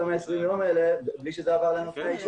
ה-120 ימים האלה בלי שזה עבר לנותני האישור.